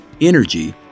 energy